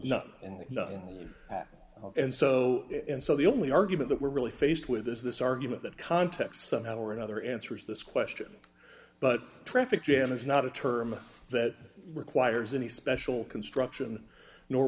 room and so and so the only argument that we're really faced with is this argument that context somehow or another answers this question but traffic jam is not a term that requires any special construction nor